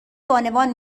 بانوان